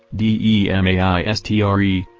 d e m a i s t r e,